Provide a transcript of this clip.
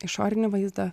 išorinį vaizdą